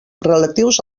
relatius